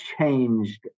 changed